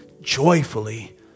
joyfully